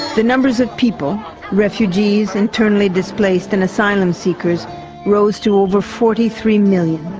the numbers of people, refugees, internally displaced and asylum seekers rose to over forty three million.